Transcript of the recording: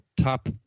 top